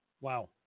Wow